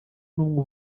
n’umwe